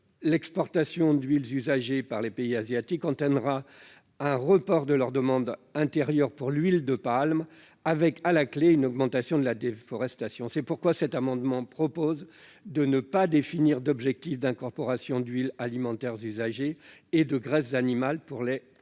l'exportation d'huiles usagées par les pays asiatiques entraînera un report de leur demande intérieure sur l'huile de palme, ce qui fera encore progresser la déforestation. Les auteurs de cet amendement proposent donc de ne pas définir d'objectif d'incorporation d'huiles alimentaires usagées et de graisses animales pour les carburéacteurs.